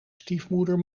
stiefmoeder